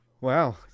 wow